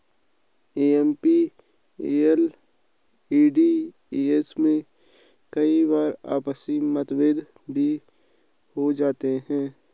MPLADS में कई बार आपसी मतभेद भी हो जाते हैं